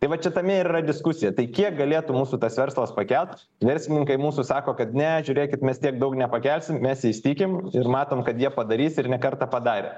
tai va čia tame ir yra diskusija tai kiek galėtų mūsų tas verslas pakelt verslininkai mūsų sako kad ne žiūrėkit mes tiek daug nepakelsim mes jais tikim ir matom kad jie padarys ir ne kartą padarė